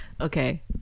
Okay